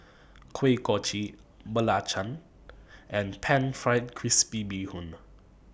Kuih Kochi Belacan and Pan Fried Crispy Bee Hoon